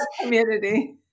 community